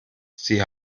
sie